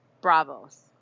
Bravos